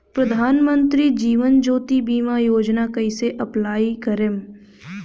प्रधानमंत्री जीवन ज्योति बीमा योजना कैसे अप्लाई करेम?